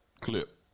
clip